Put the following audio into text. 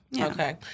Okay